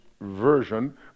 Version